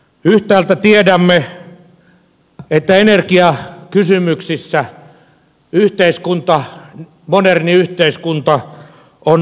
yhtäältä tiedämme että energiakysymyksissä moderni yhteiskunta on äärimmäisen haavoittuva